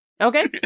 Okay